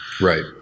Right